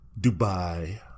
Dubai